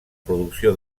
producció